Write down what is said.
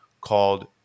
called